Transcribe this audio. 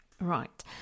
Right